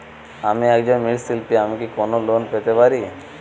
আমি একজন মৃৎ শিল্পী আমি কি কোন লোন পেতে পারি?